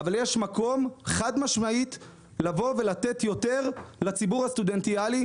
אבל יש מקום חד משמעית לבוא ולתת יותר לציבור הסטודנטיאלי,